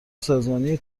سازمانی